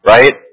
Right